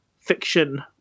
Fiction